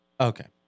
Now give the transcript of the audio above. okay